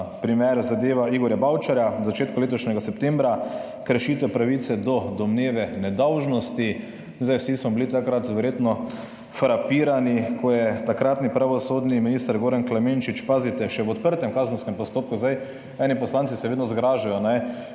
primer zadeva Igorja Bavčarja v začetku letošnjega septembra, kršitev pravice do domneve nedolžnosti. Vsi smo bili takrat verjetno frapirani, ko je takratni pravosodni minister Goran Klemenčič, pazite, še v odprtem kazenskem postopku – eni poslanci se vedno zgražajo, če